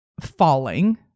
falling